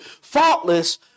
faultless